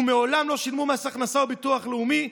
ומעולם לא שילמו מס הכנסה וביטוח לאומי,